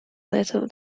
little